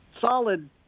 solid